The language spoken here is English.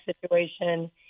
situation